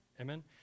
Amen